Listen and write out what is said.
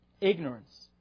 Ignorance